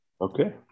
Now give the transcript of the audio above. Okay